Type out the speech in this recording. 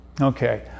Okay